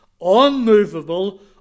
unmovable